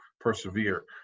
persevere